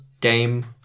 game